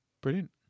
Brilliant